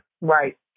Right